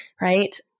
right